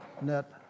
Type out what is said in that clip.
net